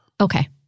Okay